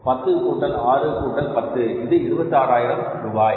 10 கூட்டல் 6 கூட்டல் 10 இது 26000 ரூபாய்